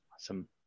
awesome